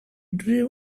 drew